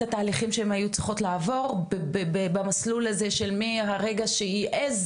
התהליכים שהן היו צריכות לעבור במסלול הזה של מהרגע שהיא העיזה